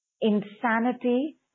insanity